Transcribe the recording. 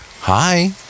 hi